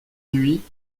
nuit